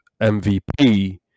mvp